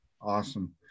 Awesome